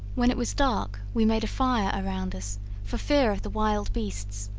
when it was dark, we made a fire around us for fear of the wild beasts,